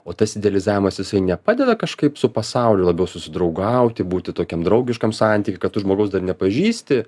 o tas idealizavimas visai nepadeda kažkaip su pasauliu labiau susidraugauti būti tokiam draugiškam santyky kad žmogaus dar nepažįsti